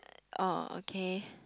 oh okay